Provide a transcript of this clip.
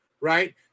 right